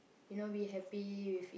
you know be happy with it